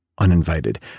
uninvited